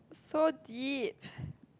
so deep